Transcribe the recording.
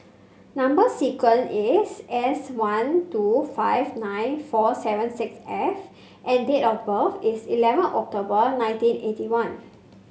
number sequence is S one two five nine four seven six F and date of birth is eleven October nineteen eighty one